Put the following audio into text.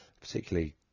particularly